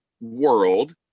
world